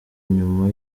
nyuma